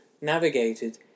navigated